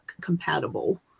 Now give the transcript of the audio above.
compatible